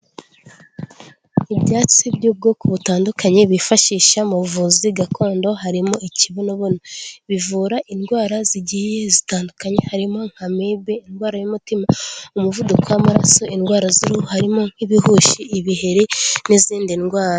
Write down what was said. Ibyatsi by'ubwoko butandukanye bifashisha mu buvuzi gakondo harimo ikibonobono, bivura indwara zigiye zitandukanye, harimo nka amibe, indwara y'umutima, umuvuduko w'amaraso, indwara z'uruhu harimo nk'ibihushi, ibiheri n'izindi ndwara.